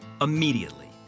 immediately